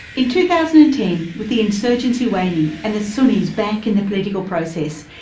in two thousand and ten with the insurgency waning and the sunnis back in the political process,